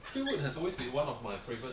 Three Wood has always been one of my favourite